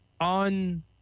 on